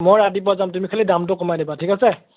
মই ৰাতিপুৱা যাম তুমি খালী দামটো কমাই দিবা ঠিক আছে